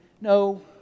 No